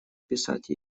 писать